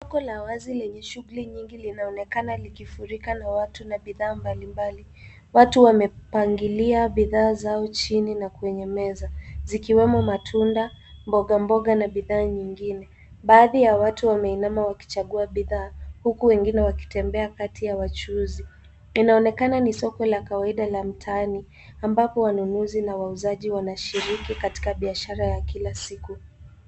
Soko la wazi lenye shughuli nyingi linaonekana likifurika na watu na bidhaa mbalimbali. Watu wamepangilia bidhaa zao chini na kwenye meza, zikiwemo matunda, mboga mboga na bidhaa nyingine. Baadhi ya watu wameinama wakichagua bidhaa, huku wengine wakitembea kati ya wachuuzi. Inaonekana ni soko la kawaida la mtaani, ambapo wanunuzi na wauzaji wanashiriki katika biashara ya kila siku.